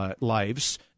lives